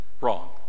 wrong